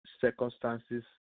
circumstances